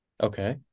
okay